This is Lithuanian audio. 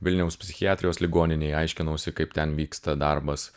vilniaus psichiatrijos ligoninėj aiškinausi kaip ten vyksta darbas